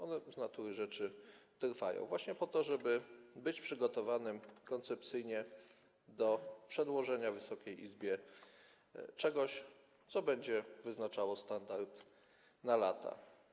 One z natury rzeczy są wykonywane właśnie po to, żeby być przygotowanym koncepcyjnie do przedłożenia Wysokiej Izbie czegoś, co będzie wyznaczało standardy na lata.